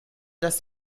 das